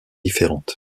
différente